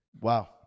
wow